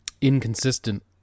inconsistent